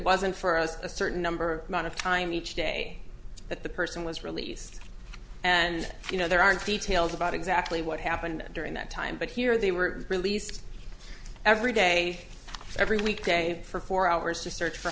wasn't for us a certain number of time each day that the person was released and you know there aren't details about exactly what happened during that time but here they were released every day every week day for four hours to search for